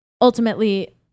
ultimately